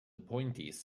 appointees